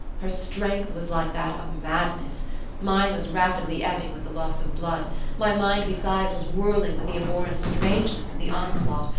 her strength was like that of madness mine was rapidly ebbing with the loss of blood my mind besides was whirling with the abhorrent strangeness of the onslaught,